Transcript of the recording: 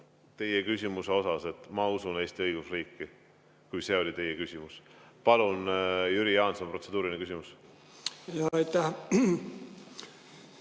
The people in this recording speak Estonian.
teie küsimusele, et ma usun Eesti õigusriiki. Kui see oli teie küsimus? Palun, Jüri Jaanson, protseduuriline küsimus!